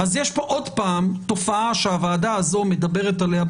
אז יש פה עוד פעם תופעה שהוועדה הזאת מדברת עליה,